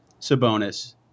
Sabonis